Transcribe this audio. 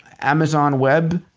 amazon web,